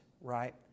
right